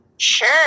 Sure